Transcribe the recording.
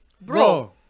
bro